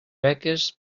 beques